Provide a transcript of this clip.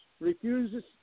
Refuses